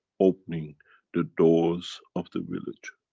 opening the doors of the village.